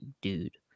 dude